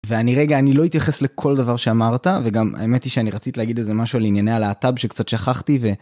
ואני רגע, אני לא אתייחס לכל דבר שאמרת וגם האמת היא שאני רציתי להגיד איזה משהו על ענייני הלהט״ב שקצת שכחתי.